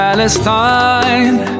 Palestine